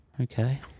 Okay